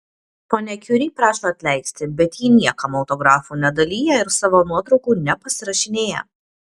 ponia kiuri prašo atleisti bet ji niekam autografų nedalija ir savo nuotraukų nepasirašinėja